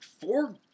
Four